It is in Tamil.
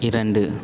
இரண்டு